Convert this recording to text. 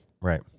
right